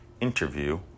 interview